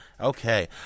Okay